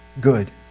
good